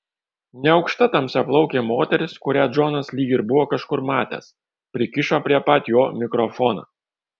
neaukšta tamsiaplaukė moteris kurią džonas lyg ir buvo kažkur matęs prikišo prie pat jo mikrofoną